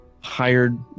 hired